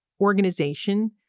organization